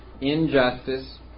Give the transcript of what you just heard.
injustice